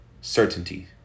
certainty